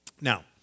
Now